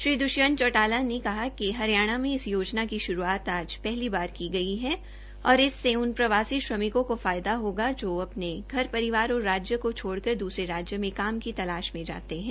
श्री दुष्यंत चौटाला ने इस मौके पर बोलते हुये कहा कि हरियाणा मे इस योजना की शुरूआत आज पहली बार की गई है और इससे उन प्रवासी श्रमिकों को लाभ मिलेगा जो अपने घर परिवार और राज्य को छोड़कर दूसरे राज्य में काम तलाश में जाते है